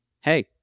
hey